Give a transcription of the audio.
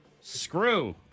Screw